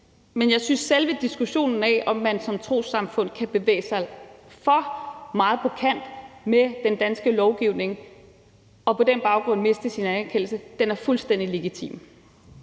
men jeg synes, at selve diskussionen af, om man som trossamfund kan bevæge sig for meget på kant med den danske lovgivning og på den baggrund miste sin anerkendelse, er fuldstændig legitim.